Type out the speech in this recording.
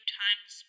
times